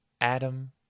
Adam